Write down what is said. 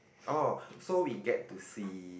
oh so we get to see